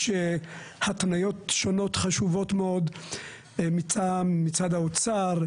התניות שונות חשובות מאוד מצד האוצר,